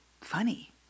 funny